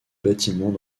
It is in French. bâtiments